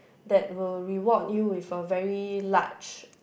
that will reward you with a very large